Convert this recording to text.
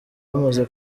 hamaze